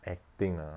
acting ah